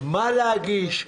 מה להגיש,